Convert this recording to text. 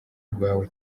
rwawe